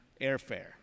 airfare